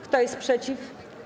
Kto jest przeciw?